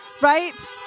right